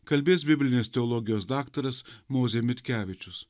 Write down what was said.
kalbės biblinės teologijos daktaras mozė mitkevičius